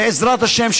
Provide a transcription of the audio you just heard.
בעזרת השם,